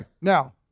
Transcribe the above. now